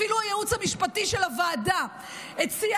אפילו הייעוץ המשפטי של הוועדה הציע